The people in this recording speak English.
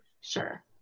sure